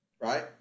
right